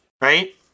right